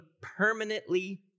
permanently